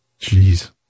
Jeez